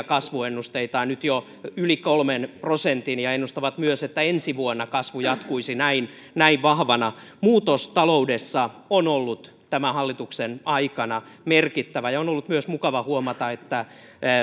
kasvuennusteitaan nyt jo yli kolmen prosentin ja he ennustavat myös että ensi vuonna kasvu jatkuisi näin näin vahvana muutos taloudessa on ollut tämän hallituksen aikana merkittävä ja on ollut myös mukava huomata että